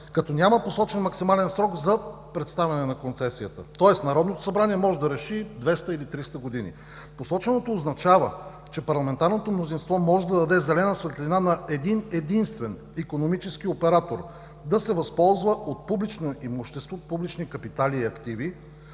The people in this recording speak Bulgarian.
като няма посочен максимален срок за представяне на концесията. Тоест Народното събрание може да реши 200 или 300 години. Посоченото означава, че парламентарното мнозинство може да даде зелена светлина на един-единствен икономически оператор да се възползва от публично имущество, от публични капитали и активи,